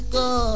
go